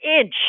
inch